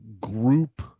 group